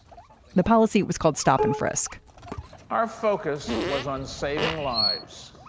um the policy was called stop and frisk our focus was on saving lives.